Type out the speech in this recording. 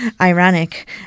ironic